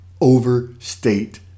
overstate